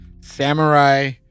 Samurai